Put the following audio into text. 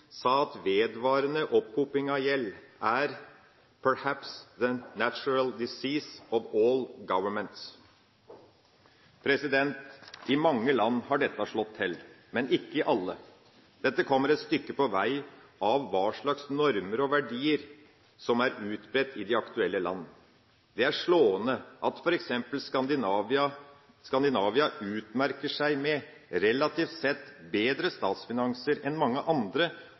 sa at vedvarende opphoping av gjeld er «perhaps the natural disease of all governments». I mange land har dette slått til, men ikke i alle. Dette kommer et stykke på vei av hva slags normer og verdier som er utbredt i de aktuelle land. Det er slående at f.eks. Skandinavia utmerker seg med relativt sett bedre statsfinanser enn mange andre